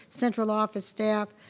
central office staff,